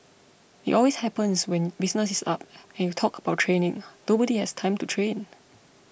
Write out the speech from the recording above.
it always happens when business is up and you talk about training nobody has time to train